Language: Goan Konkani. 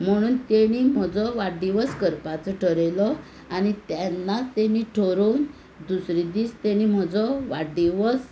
म्हुणून ताणी म्हजो वाडदिवस करपाचो थारायलो आनी तेन्नाच ताणी थारावन दुसरे दीस ताणी म्हजो वाडदिवस